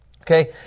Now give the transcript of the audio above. Okay